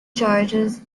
charges